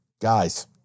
Guys